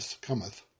cometh